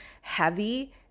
heavy